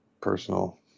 personal